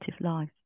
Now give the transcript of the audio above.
life